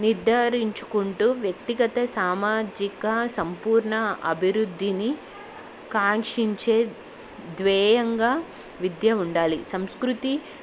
నిర్ధారించుకుంటూ వ్యక్తిగత సామాజిక సంపూర్ణ అభివృద్ధిని కాంక్షించే ధ్యేయంగా విద్య ఉండాలి సంస్కృతి